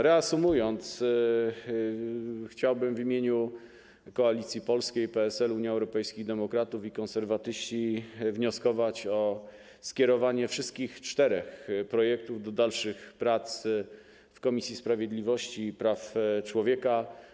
Reasumując, chciałbym w imieniu Koalicji Polskiej - PSL, Unii Europejskich Demokratów, Konserwatystów wnieść o skierowanie wszystkich czterech projektów do dalszych prac w Komisji Sprawiedliwości i Praw Człowieka.